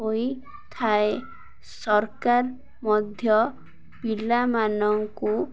ହୋଇଥାଏ ସରକାର ମଧ୍ୟ ପିଲାମାନଙ୍କୁ